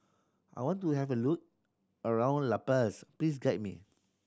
I want to have a look around La Paz please guide me